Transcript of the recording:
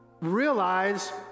realize